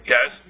Yes